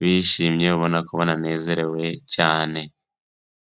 bishimye ubona ko baranezerewe cyane.